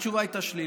התשובה הייתה שלילית.